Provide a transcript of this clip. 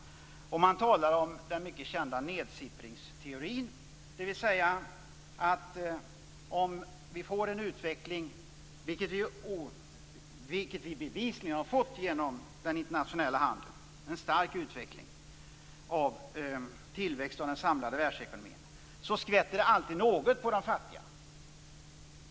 Moderaterna talar om den kända nedsippringsteorin, dvs. att om det blir en utveckling - som det bevisligen har blivit med den internationella handeln - av tillväxt i den samlade världsekonomin, så skvätter alltid något på de fattiga.